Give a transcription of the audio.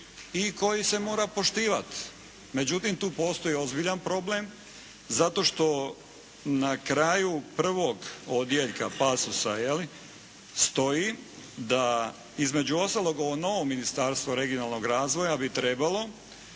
i koji se mora poštivati. Međutim tu postoji ozbiljan problem zato što na kraju prvog odjeljka, pasusa jel', stoji da između ostalog ovo novo ministarstvo regionalnog razvoja bi trebalo